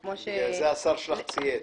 בגלל זה השר שלך כבר צייץ.